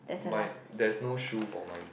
my there is no shoe for my